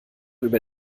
über